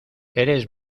eres